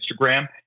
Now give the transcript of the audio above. Instagram